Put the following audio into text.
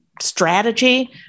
strategy